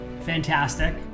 fantastic